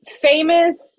famous